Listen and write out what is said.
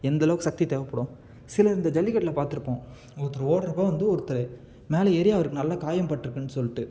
எந்தளவுக்கு சக்தி தேவைப்படும் சிலர் இந்த ஜல்லிக்கட்டில் பார்த்துருப்போம் ஒருத்தர் ஓடுறப்போ வந்து ஒருத்தர் மேலே ஏறி அவருக்கு நல்லா காயம் பட்டிருக்குன்னு சொல்லிட்டு